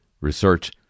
research